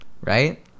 Right